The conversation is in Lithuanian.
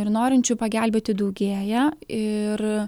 ir norinčių pagelbėti daugėja ir